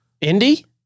Indy